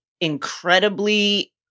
incredibly